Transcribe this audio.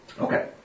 Okay